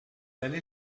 allez